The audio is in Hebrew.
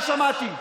אני שמעתי.